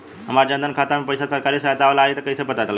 हमार जन धन खाता मे पईसा सरकारी सहायता वाला आई त कइसे पता लागी?